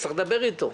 צריך לדבר איתו.